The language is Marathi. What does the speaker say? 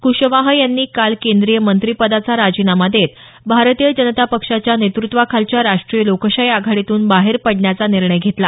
क्शवाह यांनी काल केंद्रीय मंत्रिपदाचा राजीनामा देत भारतीय जनता पक्षाच्या नेतृत्वाखालच्या राष्टीय लोकशाही आघाडीतून बाहेर पडण्याचा निर्णय घेतला